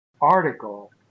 article